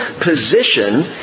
position